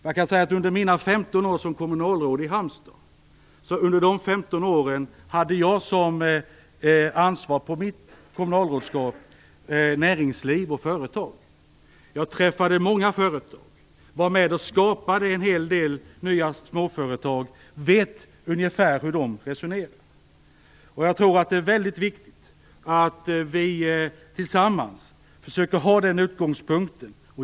Jag kan säga att jag under mina 15 år som kommunalråd i Halmstad hade ansvar för näringsliv och företag. Jag träffade många företagare. Jag var med och skapade en hel del nya småföretag och vet ungefär hur de resonerar där. Jag tror att det är väldigt viktigt att vi tillsammans försöker ha den utgångspunkten.